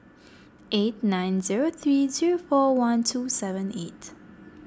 eight nine zero three zero four one two seven eight